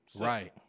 Right